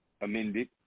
amended